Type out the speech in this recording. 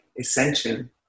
ascension